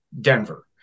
Denver